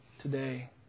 today